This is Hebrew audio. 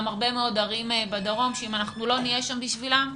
גם הרבה מאוד ערים בדרום שאם אנחנו לא נהיה שם בשבילן,